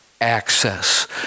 access